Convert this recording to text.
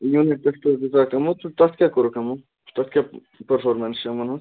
unit ٹیٚسٹہٕ حظ دژوکھ تِمو تہٕ تَتھ کیٛاہ کوٚرُکھ یِمو تَتھ کیٛاہ پٔرفارمیٚنٕس چھِ یِمن ہنٛز